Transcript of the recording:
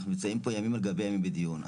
אנחנו נמצאים פה ימים על גבי ימים בדיון.